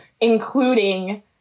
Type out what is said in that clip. including